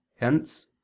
Hence